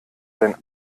sein